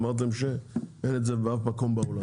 אמרתם שאין את זה באף מקום בעולם.